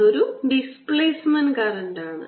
അതൊരു displacement current ആണ്